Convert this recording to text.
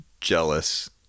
jealous